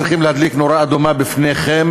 צריכים להדליק נורה אדומה בפניכם,